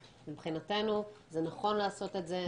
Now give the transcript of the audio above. מבחינתנו נכון לעשות את זה,